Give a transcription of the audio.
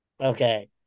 Okay